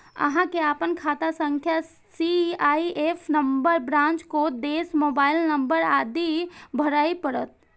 अहां कें अपन खाता संख्या, सी.आई.एफ नंबर, ब्रांच कोड, देश, मोबाइल नंबर आदि भरय पड़त